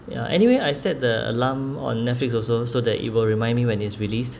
ya anyway I set the alarm on netflix also so that it will remind me when it's released